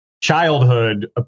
childhood